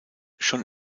schon